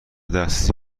دسترسی